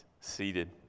seated